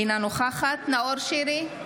אינה נוכחת נאור שירי,